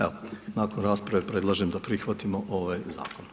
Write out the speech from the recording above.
Evo, nakon rasprave predlažem da prihvatimo ovaj zakon.